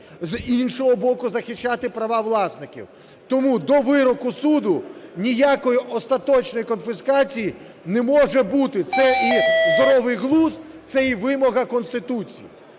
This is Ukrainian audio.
з іншого боку, захищати права власників. Тому до вироку суду ніякої остаточної конфіскації не може бути. Це і здоровий глузд, це і вимога Конституції.